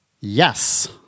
Yes